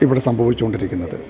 ഇവിടെ സംഭവിച്ചോണ്ട് ഇരിക്കുന്നത്